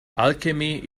alchemy